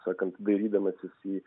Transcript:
sakant dairydamasis į